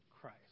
Christ